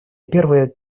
первое